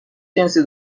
جنسی